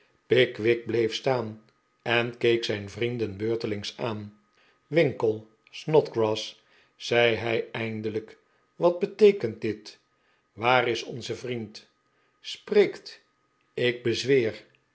pickwick bleef staan en keek zijh vrienden beurtelings aan winkle snodgrass zei hij eindelijk wat beteekent dit waar is onze vriend spreekt ik bezweer